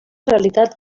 realitat